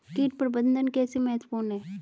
कीट प्रबंधन कैसे महत्वपूर्ण है?